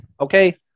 okay